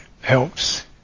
helps